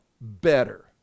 Better